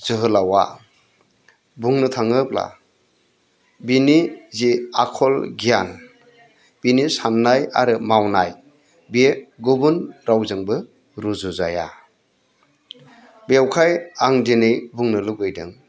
जोहोलावआ बुंनो थाङोब्ला बिनि जि आखल गियान बिनि साननाय आरो मावनाय बेयो गुबुन रावजोंबो रुजुजाया बेखायनो आं दिनै बुंनो लुबैदों